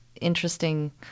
interesting